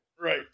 Right